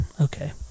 Okay